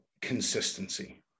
consistency